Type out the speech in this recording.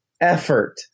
effort